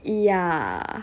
ya